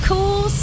Cool